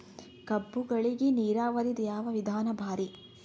ಕಬ್ಬುಗಳಿಗಿ ನೀರಾವರಿದ ಯಾವ ವಿಧಾನ ಭಾರಿ?